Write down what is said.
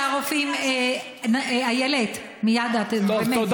איילת, סליחה.